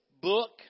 book